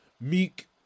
meek